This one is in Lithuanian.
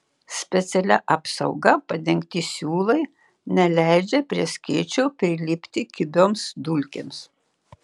specialia apsauga padengti siūlai neleidžia prie skėčio prilipti kibioms dulkėms